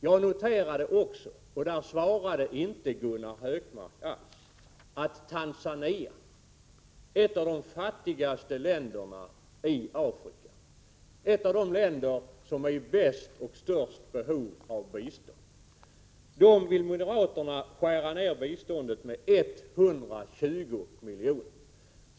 Jag noterade också — på den punkten svarade inte Gunnar Hökmark alls — att Tanzania är ett av de fattigaste länderna i Afrika, ett av de länder som är i störst behov av bistånd. Där vill moderaterna skära ner biståndet med 120 milj.kr.